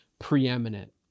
preeminent